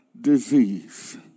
disease